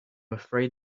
afraid